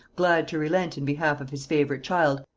glad to relent in behalf of his favorite child,